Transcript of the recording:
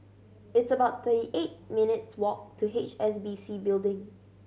it's about thirty eight minutes' walk to H S B C Building